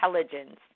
intelligence